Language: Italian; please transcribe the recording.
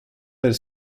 per